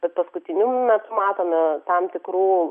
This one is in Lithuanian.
bet paskutiniu metu matome tam tikrų